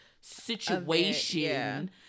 situation